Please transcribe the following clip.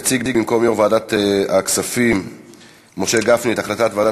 יציג במקום יו"ר ועדת הכספים משה גפני את החלטת ועדת